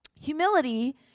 Humility